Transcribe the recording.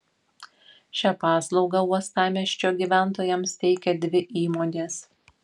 šią paslaugą uostamiesčio gyventojams teikia dvi įmonės